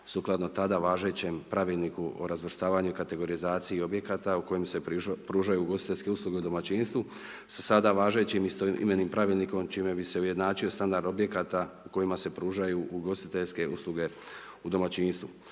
sukladno tada važećem Pravilniku o razvrstavanju i kategorizaciji objekata u kojem se pružaju ugostiteljske usluge u domaćinstvu sa sada važećim istoimenim Pravilnikom čime bi se ujednačio standard objekata u kojima se pružaju ugostiteljske usluge u domaćinstvu.